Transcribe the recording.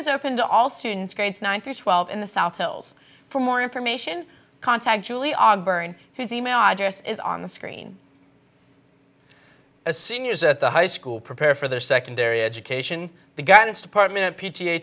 is open to all students grades nine to twelve in the south hills for more information contact julie on burn his email address is on the screen as seniors at the high school prepare for their secondary education the guidance department of p